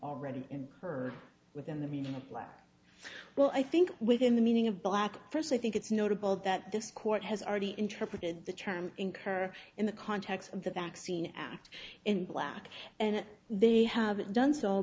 already incurred within the meaning of black well i think within the meaning of black first i think it's notable that this court has already interpreted the term incur in the context of the vaccine act in black and they have done so